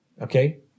okay